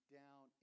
down